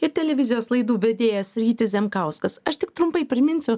ir televizijos laidų vedėjas rytis zemkauskas aš tik trumpai priminsiu